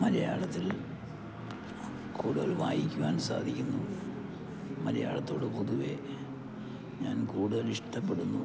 മലയാളത്തിൽ കൂടുതൽ വായിക്കുവാൻ സാധിക്കുന്നു മലയാളത്തോട് പൊതുവേ ഞാൻ കൂടുതൽ ഇഷ്ടപ്പെടുന്നു